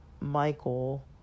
Michael